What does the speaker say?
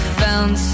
found